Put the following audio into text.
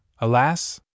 alas